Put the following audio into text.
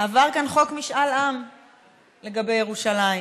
עבר כאן חוק משאל עם לגבי ירושלים.